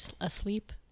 asleep